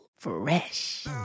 Fresh